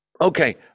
Okay